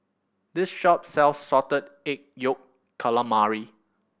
this shop sells Salted Egg Yolk Calamari